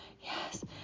yes